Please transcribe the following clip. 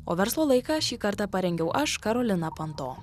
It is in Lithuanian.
o verslo laiką šį kartą parengiau aš karolina panto